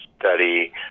study